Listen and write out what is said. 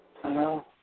Hello